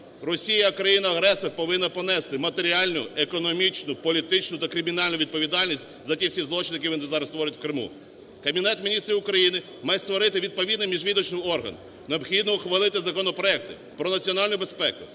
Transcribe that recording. Росія країна агресор повинна понести матеріальну, економічну, політичну та кримінальну відповідальність за ті всі злочини, які вони зараз творять в Криму. Кабінет Міністрів України має створити відповідний міжвідомчий орган. Необхідно ухвалити законопроекти про національну безпеку,